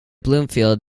bloomfield